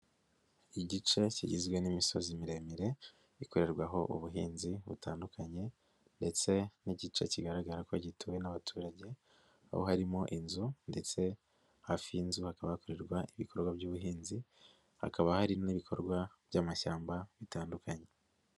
Igice kigizwe n'imisozi miremire ikorerwaho ubuhinzi butandukanye ndetse n'igice kigaragara ko gituwe n'abaturage aho harimo inzu ndetse hafi y'inzu hakaba hakorerwa ibikorwa by'ubuhinzi hakaba hari n'ibikorwa by'amashyamba bitandukanye.